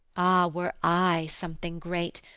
were i something great!